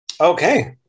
Okay